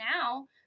now